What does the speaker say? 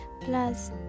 plus